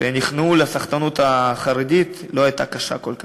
שנכנעו לסחטנות החרדית, לא הייתה קשה כל כך.